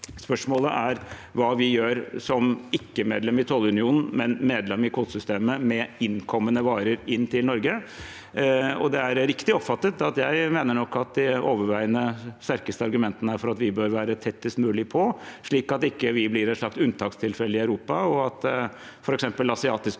Spørsmålet er hva vi som ikke-medlem i tollunionen – men medlem i kvotesystemet – gjør med innkommende varer til Norge. Det er riktig oppfattet at jeg nok mener at de overveiende sterkeste argumentene er at vi bør være tettest mulig på, slik vi at vi ikke blir et slags unntakstilfelle i Europa, og at f.eks. asiatiske